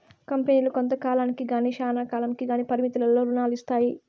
కంపెనీలు కొంత కాలానికి గానీ శ్యానా కాలంకి గానీ పరిమితులతో రుణాలు ఇత్తాయి